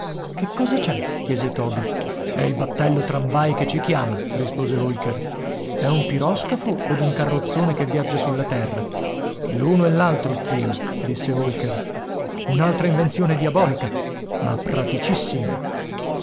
che cosa c'è chiese toby è il battello tramvai che ci chiama rispose holker è un piroscafo od un carrozzone che viaggia sulla terra l'uno e l'altro zio disse holker un'altra invenzione diabolica ma praticissima